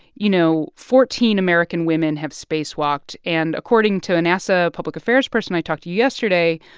you know, fourteen american women have spacewalked, and according to a nasa public affairs person i talked to yesterday,